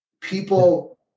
people